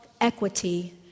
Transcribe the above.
equity